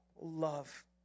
love